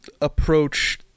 approach